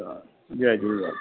हा जय झूलेलाल